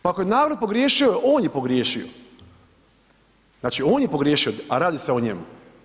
Pa ako je narod pogriješio, on je pogriješio, znači on je pogriješio, a radi se o njemu.